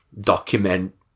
document